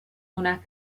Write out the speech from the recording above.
una